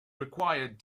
required